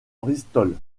bristol